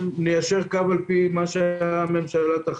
ניישר קו לפי מה שהממשלה תחליט.